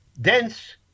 dense